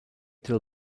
till